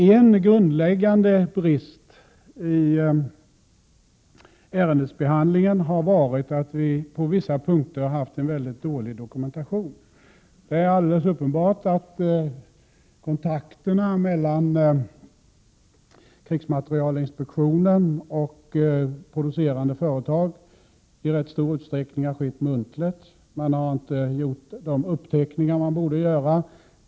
En grundläggande brist i ärendets behandling har varit att det på vissa punkter varit väldigt dålig dokumentation. Det är alldeles uppenbart att kontakterna mellan krigsmaterielinspektionen och producerande företag i rätt stor utsträckning skett muntligt. Man har inte gjort de uppteckningar som man borde ha gjort.